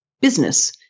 business